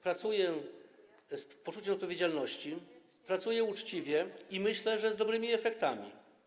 Pracuję z poczucia odpowiedzialności, pracuję uczciwie i myślę, że z dobrymi efektami.